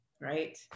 right